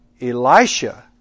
Elisha